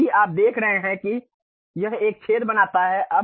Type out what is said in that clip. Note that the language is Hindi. अब यदि आप देख रहे हैं कि यह एक छेद बनाता है